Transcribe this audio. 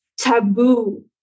taboo